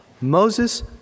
Moses